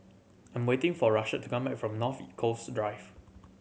I'm waiting for Rashad to come back from North Coast Drive